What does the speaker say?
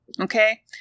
Okay